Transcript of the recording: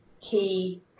key